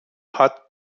hat